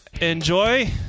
enjoy